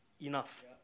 Enough